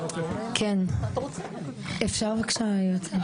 כן, אפשר בבקשה היועצת המשפטית?